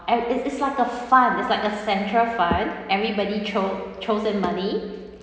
and it's it's like a fund it's like a central fund everybody throw throws in money